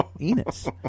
Enos